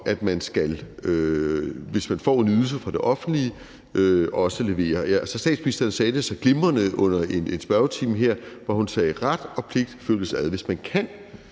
at man, hvis man får en ydelse fra det offentlige, også skal levere. Statsministeren sagde det så glimrende under en spørgetime her, hvor hun sagde: Ret og pligt følges ad. Hvis man kan